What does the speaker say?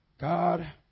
God